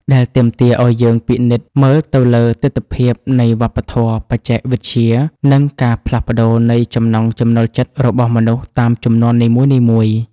ដែលទាមទារឱ្យយើងពិនិត្យមើលទៅលើទិដ្ឋភាពនៃវប្បធម៌ បច្ចេកវិទ្យា និងការផ្លាស់ប្តូរនៃចំណង់ចំណូលចិត្តរបស់មនុស្សតាមជំនាន់នីមួយៗ។